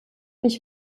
mich